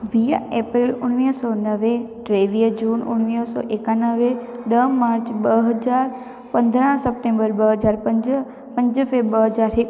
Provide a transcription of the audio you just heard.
वीह एप्रैल उणिवीह सौ नवे टेवीह जून उणिवीह सौ एकानवे ॾह मार्च ॿ हज़ार पंद्राह सप्टैंबर ॿ हज़ार पंज पंज फैब ॿ हज़ार हिकु